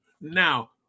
Now